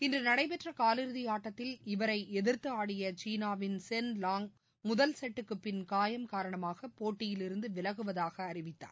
இன்று நடைபெற்ற காலிறுதி ஆட்டத்தில் இவரை எதிர்த்து ஆடிய சீனாவின் சென் லாங் முதல் செட்டுக்குப் பின் காயம் காரணமாக போட்டியிலிருந்து விலகுவதாக அறிவித்தார்